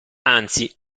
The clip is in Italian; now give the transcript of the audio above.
anzi